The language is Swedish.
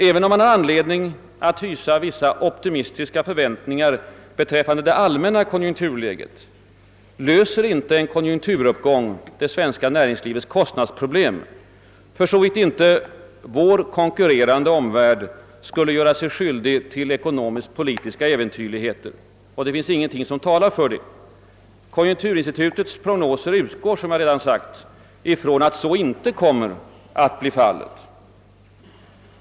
även om man har anledning att hysa vissa optimistiska förväntningar beträffande det allmänna konjunkturläget, löser inte en konjunkturuppgång det svenska näringslivets kostnadsproblem, för så vitt inte vår konkurrerande omvärld skulle göra sig skyldig till ekonomisk-politiska äventyrligheter, och det finns ingenting som talar för det. Konjunkturinstitutets prognoser utgår, som jag redan sagt, från att så inte kommer att bli fallet.